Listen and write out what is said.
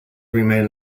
remain